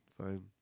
Fine